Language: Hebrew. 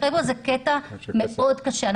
זה קטע מאוד קשה.